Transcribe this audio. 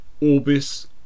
Orbis